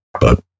But-